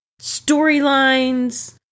storylines